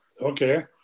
Okay